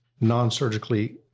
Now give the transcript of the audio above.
non-surgically